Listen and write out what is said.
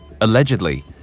Allegedly